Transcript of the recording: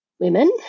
women